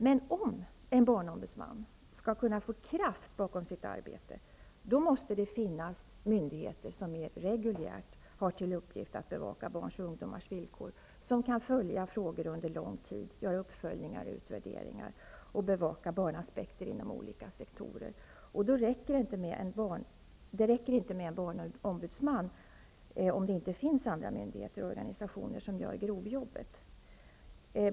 Men om en barnombudsman skall kunna få kraft bakom sitt arbete, måste det finnas myndigheter som mer reguljärt har till uppgift att bevaka barns och ungdomars villkor och som kan följa frågor under lång tid, göra uppföljningar och utvärderingar och bevaka barnaspekter inom olika sektorer. Det räcker inte med en barnombudsman om det inte finns andra myndigheter och organisationer som gör grovjobbet.